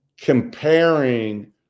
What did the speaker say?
comparing